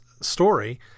story